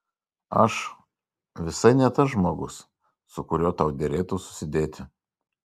aš visai ne tas žmogus su kuriuo tau derėtų susidėti